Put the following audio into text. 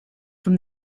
from